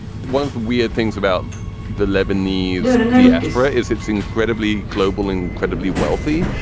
one of the weird things about the lebanese diaspora is it's incredibly global, incredibly wealthy.